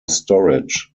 storage